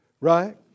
Right